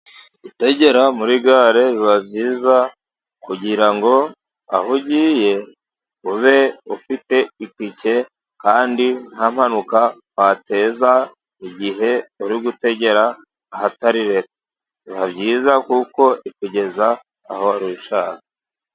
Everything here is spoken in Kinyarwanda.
Gutegera muri gare biba byiza, kugira ngo aho ugiye ube ufite itike kandi nta mpanuka wateza, igihe uri gutegera ahatari gare. biba byiza kuko ikugeza aho rushaka.